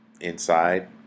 inside